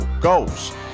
goals